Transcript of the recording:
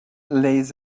lays